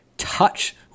touch